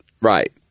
Right